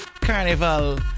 Carnival